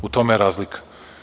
U tome je razlika.